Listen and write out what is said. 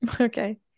Okay